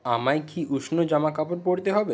আমায় কি উষ্ণ জামাকাপড় পরতে হবে